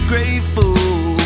grateful